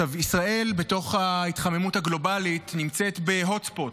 ישראל בתוך ההתחממות הגלובלית נמצאת ב-hot spot,